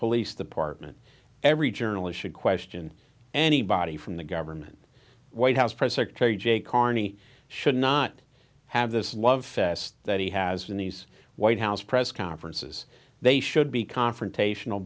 police department every journalist should question anybody from the government white house press secretary jay carney should not have this love fest that he has in these white house press conferences they should be confrontational